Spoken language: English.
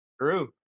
True